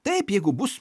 taip jeigu bus